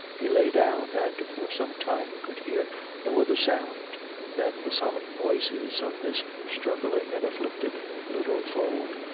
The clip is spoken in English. he lay down, and for some time could hear no other sound than the solemn voices of this struggling and afflicted little fold,